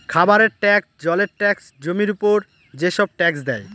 খাবারের ট্যাক্স, জলের ট্যাক্স, জমির উপর যেসব ট্যাক্স দেয়